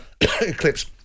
eclipse